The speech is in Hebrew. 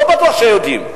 אני לא בטוח שיודעים.